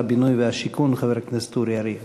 הבינוי והשיכון חבר הכנסת אורי אריאל.